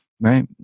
right